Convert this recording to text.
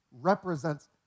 represents